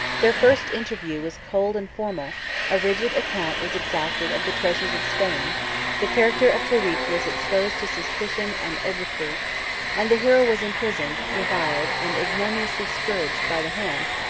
their first interview was cold and formal a rigid account was exacted of the treasures of spain the character of tarik was exposed to suspicion and obloquy and the hero was imprisoned, reviled, and ignominiously scourged by the hand,